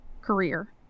career